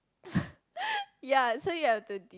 ya so you have to de~